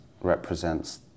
represents